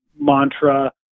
mantra